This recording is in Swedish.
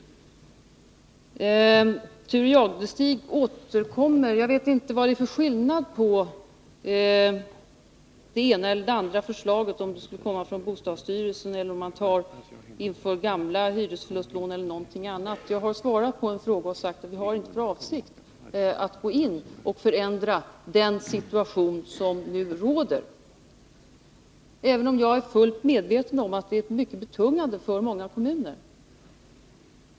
Jag vet inte vad det är för skillnad på det ena eller det andra förslaget som Thure Jadestig återkommer till. Skall kompensationen komma från bostadsstyrelsen, skall den tas från gamla hyresförlustlån eller från något annat? Jag har svarat på en fråga och sagt att vi inte har för avsikt att gå in och förändra den situation som nu råder; även om jag är fullt medveten om att det är mycket betungande för många kommuner.